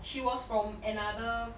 she was from another